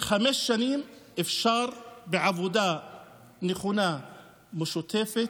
בחמש שנים אפשר, בעבודה נכונה, משותפת,